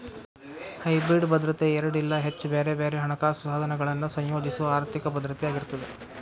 hybrid ಭದ್ರತೆ ಎರಡ ಇಲ್ಲಾ ಹೆಚ್ಚ ಬ್ಯಾರೆ ಬ್ಯಾರೆ ಹಣಕಾಸ ಸಾಧನಗಳನ್ನ ಸಂಯೋಜಿಸೊ ಆರ್ಥಿಕ ಭದ್ರತೆಯಾಗಿರ್ತದ